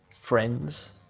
friends